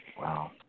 Wow